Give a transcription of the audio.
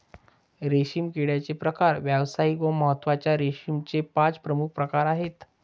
रेशीम किड्याचे प्रकार व्यावसायिक महत्त्वाच्या रेशीमचे पाच प्रमुख प्रकार आहेत